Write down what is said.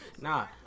Nah